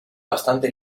bastante